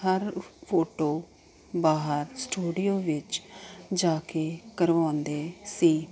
ਹਰ photo ਬਾਹਰ studio ਵਿੱਚ ਜਾ ਕੇ ਕਰਵਾਉਂਦੇ ਸੀ